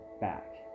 back